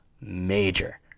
major